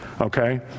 okay